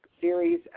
series